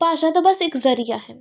ਭਾਸ਼ਾ ਤਾਂ ਬਸ ਇੱਕ ਜ਼ਰੀਆ ਹੈ